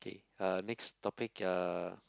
K uh next topic uh